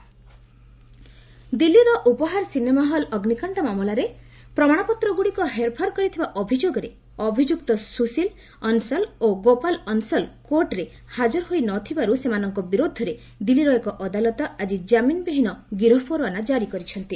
court Uphaar ଦିଲ୍ଲୀର Uphaar cinema hall ଅଗ୍ନିକାଣ୍ଡ ମାମଲାରେ ପ୍ରମାଣପତ୍ରଗୁଡ଼ିକ ହେରଫେର୍ କରିଥିବା ଅଭିଯୋଗରେ ଅଭିଯୁକ୍ତ ସୁଶୀଲ ଅନସଲ୍ ଓ ଗୋପାଲ ଅନ୍ସଲ କୋର୍ଟରେ ହାକର ହୋଇନଥିବାରୁ ସେମାନଙ୍କ ବିରୁଦ୍ଧରେ ଦିଲ୍ଲୀର ଏକ ଅଦାଲତ ଆକି କାମିନ୍ ବିହୀନ ଗିରଫ୍ ପରୱାନା ଜାରି କରିଛନ୍ତି